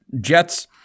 Jets